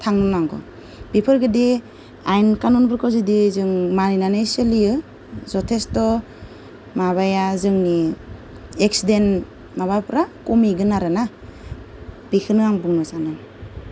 थांनो नांगौ बेफोरबायदि आयेन कानुनफोरखौ जुदि जों मानिनानै सोलियो जथेस्थ' माबाया जोंनि एक्सिदेन्ट माबाफ्रा खमायगोन आरोना बेखौनो आं बुंनो सानो